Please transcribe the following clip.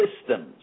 systems